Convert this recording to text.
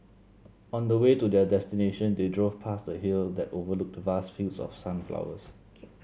on the way to their destination they drove past a hill that overlooked vast fields of sunflowers